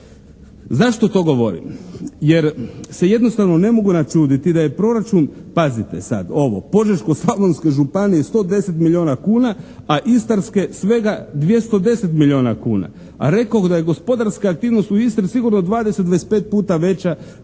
Zašto to govorim? Jer se jednostavno ne mogu načuditi da je proračun pazite sad ovo Požeško-slavonske županije 110 milijuna kuna, a Istarske svega 210 milijuna kuna, a rekoh da je gospodarska aktivnost u Istri sigurno 20, 25 puta veća